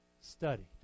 study